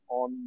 on